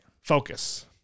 focus